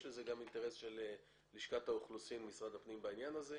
לזה גם אינטרס של לשכת האוכלוסין משרד הפנים בעניין הזה,